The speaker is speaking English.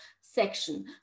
section